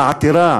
המעטירה,